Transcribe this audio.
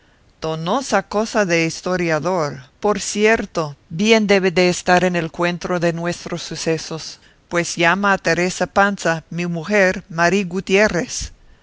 donosa cosa de historiador por cierto bien debe de estar en el cuento de nuestros sucesos pues llama a teresa panza mi mujer mari gutiérrez